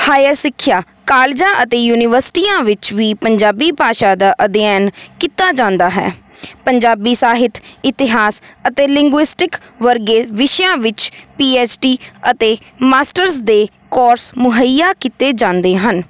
hire ਸਿੱਖਿਆ ਕਾਲਜਾਂ ਅਤੇ ਯੂਨੀਵਰਸਿਟੀਆਂ ਵਿੱਚ ਵੀ ਪੰਜਾਬੀ ਭਾਸ਼ਾ ਦਾ ਅਧਿਐਨ ਕੀਤਾ ਜਾਂਦਾ ਹੈ ਪੰਜਾਬੀ ਸਾਹਿਤ ਇਤਿਹਾਸ ਅਤੇ ਲਿੰਗੁਇਸਟਿਕ ਵਰਗੇ ਵਿਸ਼ਿਆਂ ਵਿੱਚ ਪੀ ਐਚ ਡੀ ਅਤੇ ਮਾਸਟਰਜ ਦੇ ਕੋਰਸ ਮੁਹੱਈਆ ਕੀਤੇ ਜਾਂਦੇ ਹਨ